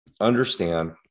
understand